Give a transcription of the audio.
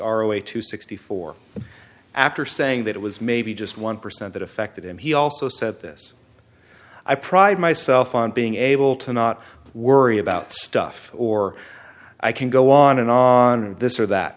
our way to sixty four dollars after saying that it was maybe just one percent that affected him he also said this i pride myself on being able to not worry about stuff or i can go on and off on this or that